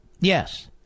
Yes